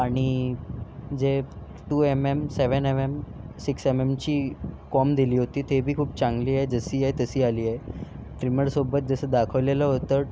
आणि जे two M M seven M M six M एमची कोंब दिली होती ती पण खूप चांगली आहे जशी आहे तशी आली आहे ट्रिमरसोबत जसं दाखवलेलं होतं